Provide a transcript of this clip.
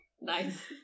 Nice